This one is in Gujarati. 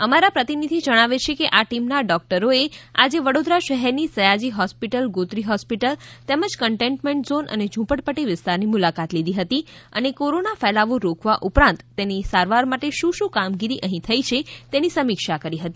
અમારા પ્રતિનિધિ જણાવે છે કે આ ટીમના ડોક્ટરોએ આજે વડોદરા શહેરની સયાજી હોસ્પિટલ ગોત્રી હોસ્પિટલ તેમજ કન્ટેન્મેન્ટ ઝોન અને ઝુપડપટ્ટી વિસ્તારની મુલાકાત લીધી હતી અને કોરોના ફેલાવો રોકવા ઉપરાંત તેની સારવાર માટે શું શું કામગીરી અહી થઈ છે તેની સમિક્ષા કરી હતી